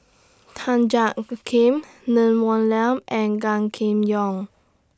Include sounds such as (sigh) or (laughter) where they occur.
Tan Jiak (noise) Kim Neng Woon Liang and Gan Kim Yong